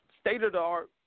state-of-the-art